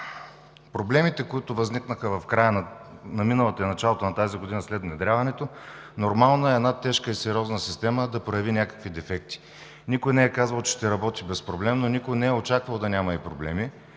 проблемите, които възникнаха в края на миналата и началото на тази година след внедряването, нормално е една тежка и сериозна система да прояви някакви дефекти. Никой не е казвал, че ще работи безпроблемно, никой не е очаквал да няма проблеми.